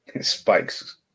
Spikes